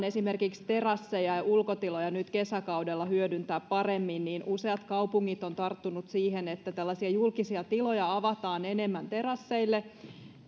esimerkiksi terasseja ja ulkotiloja nyt kesäkaudella hyödyntää paremmin useat kaupungit ovat tarttuneet siihen että tällaisia julkisia tiloja avataan enemmän terasseille